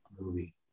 movie